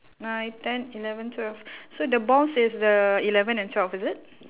nine ten eleven twelve so the balls is the eleven and twelve is it